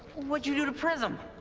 what'd you do to prism?